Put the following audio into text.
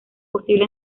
posible